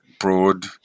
broad